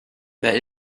that